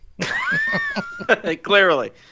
Clearly